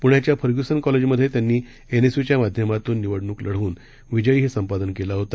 प्ण्याच्याफर्ग्युसनकॉलेजमध्येत्यांनीएनएसयुच्यामाध्यमातूननिवडणुकलढवूनविजयहीसंपादनकेलाहोता